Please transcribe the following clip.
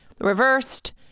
Reversed